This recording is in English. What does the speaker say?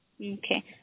Okay